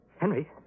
Henry